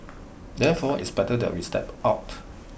therefore it's better that we step out